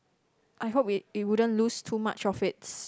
I hope it it wouldn't lose too much of it's